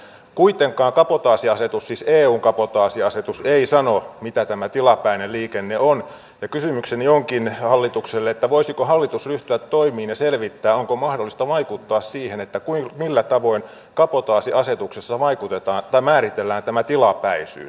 kuitenkaan kabotaasiasetus siis eun kabotaasiasetus ei sano mitä tämä tilapäinen liikenne on ja kysymykseni onkin hallitukselle että voisiko hallitus ryhtyä toimiin ja selvittää onko mahdollista vaikuttaa siihen millä tavoin kabotaasiasetuksessa määritellään tämä tilapäisyys